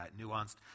nuanced